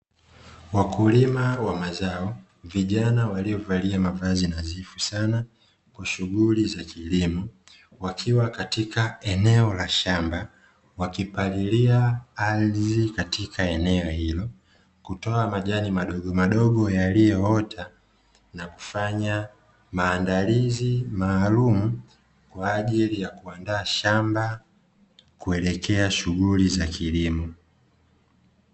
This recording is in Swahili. Wakulima wa mazao, vijana waliofalia mavazi sana kwa shughuli za kilimo, wakiwa katika eneo la shamba wakipalilia ardhi katika eneo hilo, kutoa majani madogo madogo yaliyoota na kufanya maandalizi maalum kwa ajili ya kuandaa shamba kuelekea shughuli za kilimo.